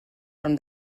from